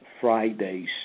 Fridays